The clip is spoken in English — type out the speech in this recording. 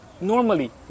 normally